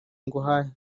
nguhaye